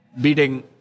beating